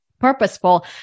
purposeful